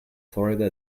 florida